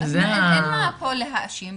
אז אין פה מה להאשים.